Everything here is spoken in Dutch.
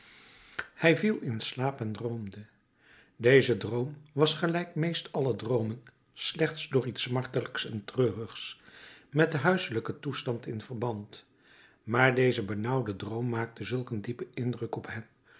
hij viel in slaap en droomde deze droom was gelijk meest alle droomen slechts door iets smartelijks en treurigs met den huiselijken toestand in verband maar deze benauwde droom maakte zulk een diepen indruk op hem